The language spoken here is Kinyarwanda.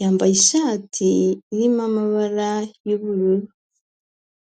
Yambaye ishati irimo amabara y'ubururu.